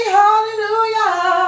hallelujah